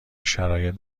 شرایط